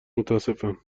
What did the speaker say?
متاسفم